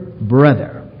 brother